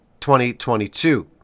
2022